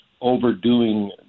overdoing